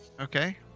Okay